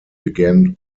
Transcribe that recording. began